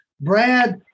Brad